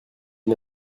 une